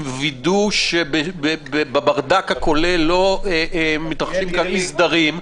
עם וידוא שבברדק הכולל לא מתרחשים אי סדרים,